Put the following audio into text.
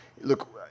look